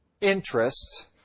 interest